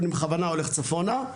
ואני בכוונה הולך צפונה,